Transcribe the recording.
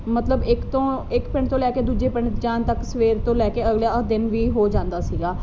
ਮਤਲਬ ਇੱਕ ਤੋਂ ਇੱਕ ਪਿੰਡ ਤੋਂ ਲੈ ਕੇ ਦੂਜੇ ਪਿੰਡ ਜਾਣ ਤੱਕ ਸਵੇਰ ਤੋਂ ਲੈ ਕੇ ਅਗਲਾ ਅ ਦਿਨ ਵੀ ਹੋ ਜਾਂਦਾ ਸੀਗਾ